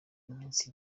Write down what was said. iminsi